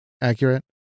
accurate